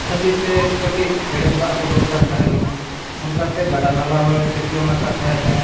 ᱠᱷᱟᱹᱛᱤᱨ ᱛᱮ ᱠᱟᱹᱴᱤᱡ ᱦᱮᱲᱮᱢ ᱫᱟᱜ ᱦᱚᱸ ᱫᱚᱨᱠᱟᱨ ᱛᱟᱦᱮᱸ ᱞᱮᱱᱟ ᱚᱱᱠᱟᱛᱮ ᱜᱟᱰᱟ ᱱᱟᱞᱟ ᱦᱚᱸ ᱥᱤᱨᱡᱚᱱ ᱟᱠᱟᱫ ᱛᱟᱦᱮᱸᱫ ᱮ